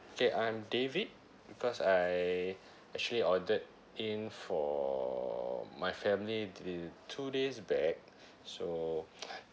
okay I'm david because I actually ordered in for my family the two days back so